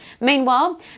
Meanwhile